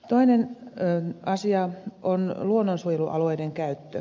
toinen asia on luonnonsuojelualueiden käyttö